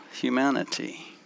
humanity